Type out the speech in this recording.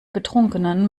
betrunkenen